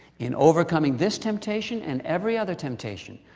in overcoming this temptation, and every other temptation,